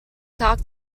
talk